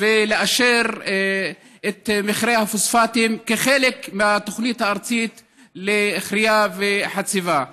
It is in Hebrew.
ולאשר את מכרה הפוספטים כחלק מהתוכנית הארצית לכרייה וחציבה.